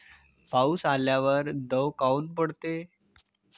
पाऊस आल्यावर दव काऊन पडते?